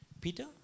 Peter